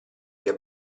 via